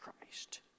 Christ